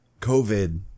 COVID